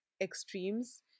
extremes